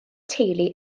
teulu